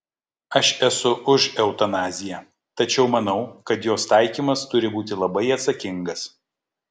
aš esu už eutanaziją tačiau manau kad jos taikymas turi būti labai atsakingas